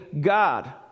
God